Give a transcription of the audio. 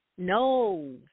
No